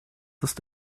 ist